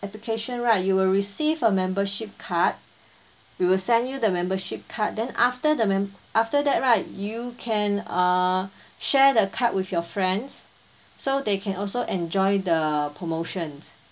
application right you will receive a membership card we will send you the membership card then after the mem~ after that right you can uh share the card with your friends so they can also enjoy the promotions